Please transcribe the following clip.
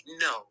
no